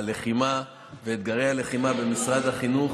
הלחימה ואתגרי הלחימה במשרד החינוך